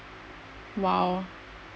!wow!